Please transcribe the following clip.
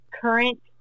current